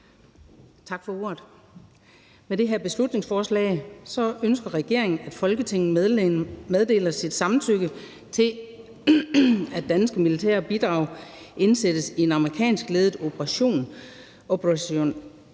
Tak for ordet. Med det her beslutningsforslag ønsker regeringen, at Folketinget meddeler sit samtykke til, at danske militære bidrag indsættes i en amerikanskledet operation,